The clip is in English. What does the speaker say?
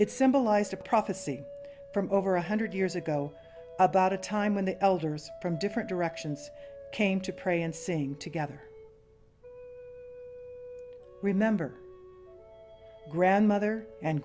it symbolized a prophecy from over one hundred years ago about a time when the elders from different directions came to pray and sing together remember grandmother and